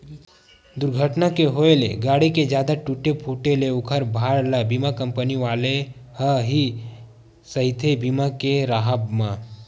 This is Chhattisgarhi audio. दूरघटना के होय ले गाड़ी के जादा टूटे फूटे ले ओखर भार ल बीमा कंपनी वाले ह ही सहिथे बीमा के राहब म